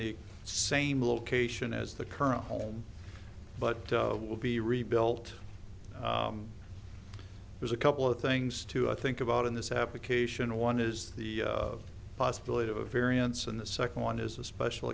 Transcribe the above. the same location as the current home but will be rebuilt there's a couple of things too i think about in this application one is the possibility of a variance and the second one is a special